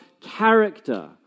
character